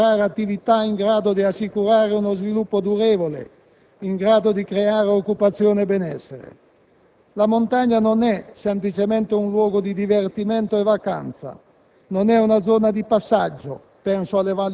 richiedono interventi per poter attrarre attività in grado di assicurare uno sviluppo durevole, in grado di creare occupazione e benessere. La montagna non è semplicemente un luogo di divertimento e vacanza;